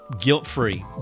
guilt-free